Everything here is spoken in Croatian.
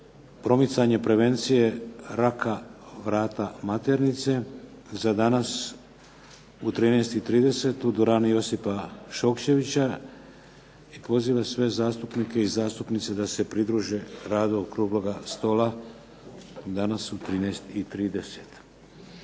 promicanje prevencije raka vrata maternice za danas u 13,30 u dvorani Josipa Šokčevića i poziva sve zastupnike i zastupnice da se pridruže radu Okrugloga stola danas u 13,30.